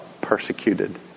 persecuted